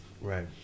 Right